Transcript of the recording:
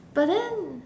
but then